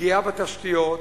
פגיעה בתשתיות,